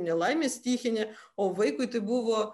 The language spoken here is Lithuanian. nelaimė stichinė o vaikui tai buvo